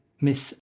miss